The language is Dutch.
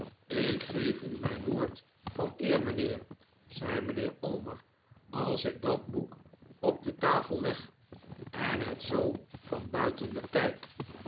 ik geef u mijn woord van eer mijnheer zei mijnheer omer als ik dat boek op de tafel leg en het zoo van buiten bekijk